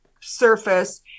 surface